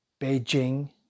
Beijing